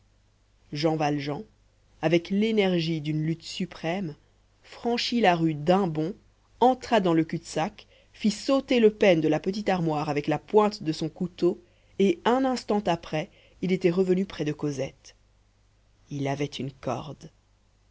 jean valjean avec l'énergie d'une lutte suprême franchit la rue d'un bond entra dans le cul-de-sac fit sauter le pêne de la petite armoire avec la pointe de son couteau et un instant après il était revenu près de cosette il avait une corde